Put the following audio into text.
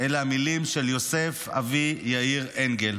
אלו המילים של יוסף אבי יאיר אנגל.